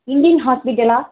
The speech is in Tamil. இண்டியன் ஹாஸ்பிட்டலா